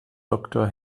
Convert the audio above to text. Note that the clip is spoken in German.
doktor